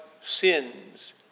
sins